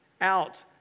out